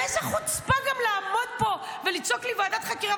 באיזו חוצפה גם לעמוד פה ולצעוק לי: ועדת חקירה,